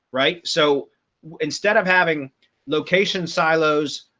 right? so instead of having location silos,